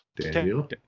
Daniel